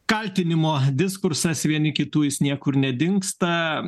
kaltinimo diskursas vieni kitų jis niekur nedingsta